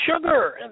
sugar